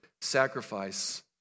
sacrifice